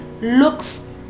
looks